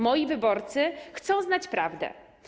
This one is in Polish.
Moi wyborcy chcą znać prawdę.